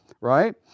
Right